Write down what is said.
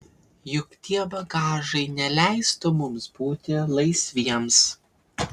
juk tie bagažai neleistų mums būti laisviems